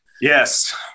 Yes